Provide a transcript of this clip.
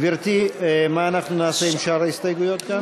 גברתי, מה נעשה עם שאר ההסתייגויות גם?